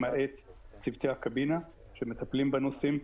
למעט צוותי הקבינה שמטפלים בנוסעים.